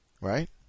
right